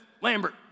Lambert